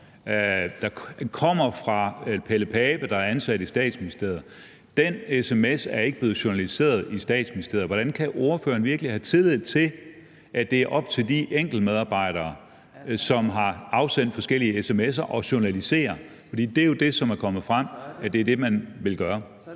og kommer fra Pelle Pape, der er ansat i Statsministeriet. Den sms er ikke blevet journaliseret i Statsministeriet. Hvordan kan ordføreren virkelig have tillid til, at det er op til de enkelte medarbejdere, som har afsendt forskellige sms'er, at journalisere? Det er jo det, som det er kommet frem man vil gøre. Kl.